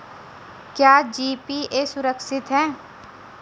क्या जी.पी.ए सुरक्षित है?